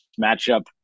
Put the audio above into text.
matchup